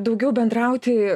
daugiau bendrauti